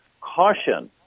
Caution